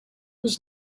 was